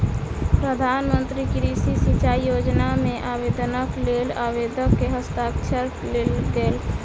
प्रधान मंत्री कृषि सिचाई योजना मे आवेदनक लेल आवेदक के हस्ताक्षर लेल गेल